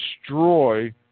destroy